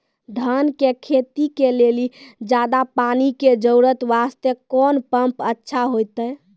धान के खेती के लेली ज्यादा पानी के जरूरत वास्ते कोंन पम्प अच्छा होइते?